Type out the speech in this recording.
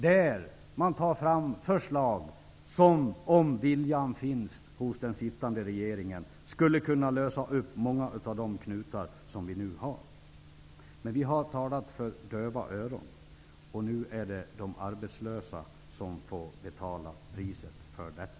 Man tar där fram förslag som, om viljan finns hos den sittande regeringen, skulle kunna lösa upp många av de knutar som vi nu har. Men vi har talat för döva öron. Nu är det de arbetslösa som får betala priset för detta.